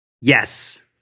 Yes